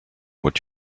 would